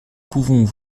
pouvons